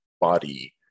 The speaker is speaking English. body